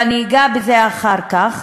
ואני אגע בזה אחר כך,